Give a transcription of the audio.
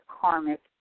karmic